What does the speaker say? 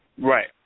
Right